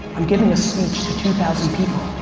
i'm giving a speech to two thousand people.